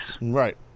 Right